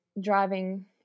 driving